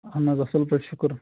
اَہن حظ اَصٕل پٲٹھۍ شُکُر